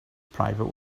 private